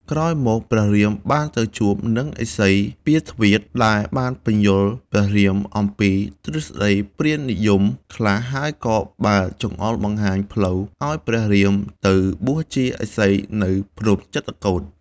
ក្រោយមកព្រះរាម បានទៅជួបនឹងឥសី ពារទ្វាទ្យ ដែលបានពន្យល់ព្រះរាមអំពីទ្រឹស្តីព្រាហ្មណ៍និយមខ្លះ ហើយក៏បានចង្អុលបង្ហាញផ្លូវ ឱ្យព្រះរាម ទៅបួសជាឥសីនៅភ្នំចិត្រកូដ។